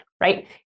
right